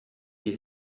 die